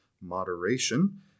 moderation